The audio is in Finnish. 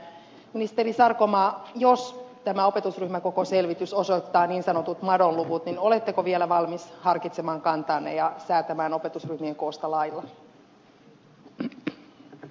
ministeri sarkomaa jos tämä opetusryhmäkokoselvitys osoittaa niin sanotut madonluvut niin oletteko vielä valmis harkitsemaan kantaanne ja säätämään opetusryhmien koosta lailla